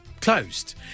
closed